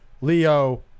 Leo